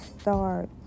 start